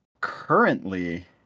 Currently